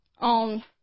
on